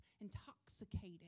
intoxicated